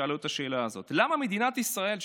שאלו את השאלה הזאת: למה מדינת ישראל,